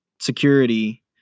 security